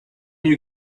you